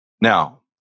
Now